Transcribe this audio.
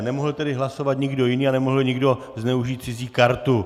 Nemohl tedy hlasovat nikdo jiný a nemohl nikdo zneužít cizí kartu.